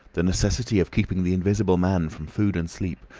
the necessity of keeping the invisible man from food and sleep,